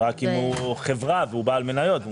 רק אם הוא חברה והוא בעל מניות.